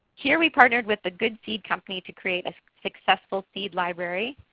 here we partnered with the good seed company to create a successful seed library,